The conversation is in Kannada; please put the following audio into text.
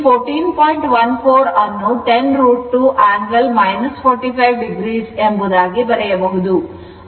14 ಅನ್ನು 10 √ 2 angle 45 o ಎಂಬುದಾಗಿ ಬರೆಯಬಹುದು